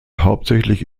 hauptsächlich